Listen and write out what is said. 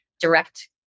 direct